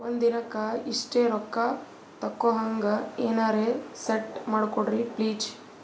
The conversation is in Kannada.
ಒಂದಿನಕ್ಕ ಇಷ್ಟೇ ರೊಕ್ಕ ತಕ್ಕೊಹಂಗ ಎನೆರೆ ಸೆಟ್ ಮಾಡಕೋಡ್ರಿ ಪ್ಲೀಜ್?